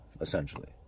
essentially